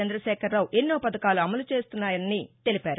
చంద్రశేఖరరావు ఎన్నో పథకాలు అమలు చేస్తున్నారని తెలిపారు